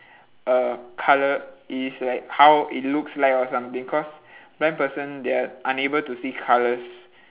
uh colour is like how it looks like or something cause blind person they're unable to see colours